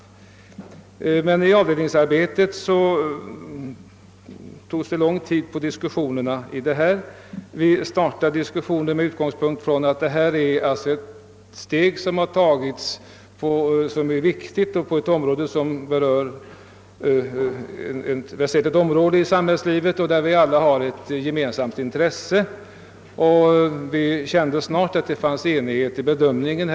Diskussionerna i avdelningen tog lång tid, men vi startade från den utgångspunkten att vi här hade att ta ett viktigt steg på ett område som är väsentligt i samhällslivet och där vi alla har ett gemensamt intresse. Vi kände också snart att vi var eniga i bedömningarna.